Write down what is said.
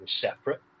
separate